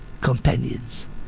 companions